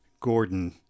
Gordon